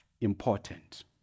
important